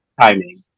timing